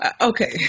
okay